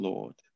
Lord